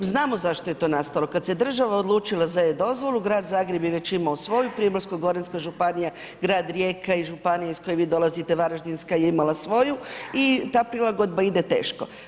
Znamo zašto je to nastalo, kad se država odlučila za e-dozvolu grad Zagreb je već imao svoju, Primorsko-goranska županija, grad Rijeka i županija iz koje vi dolazite Varaždinska je imala svoju i ta prilagodba ide teško.